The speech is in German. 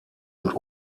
und